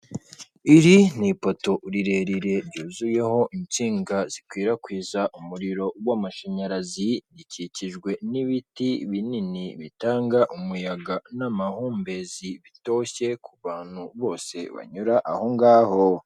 Iri ni ipoto rirerire ryuzuyeho insinga zikwirakwiza umuriro w'amashanyarazi, rikikijwe n'ibiti binini bitanga umuyaga n'amahumbezi, bitoshye ku bantu bose banyura aho ngaho.